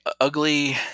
ugly